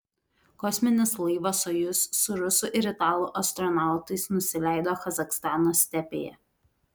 kosminis laivas sojuz su rusų ir italų astronautais nusileido kazachstano stepėje